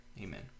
Amen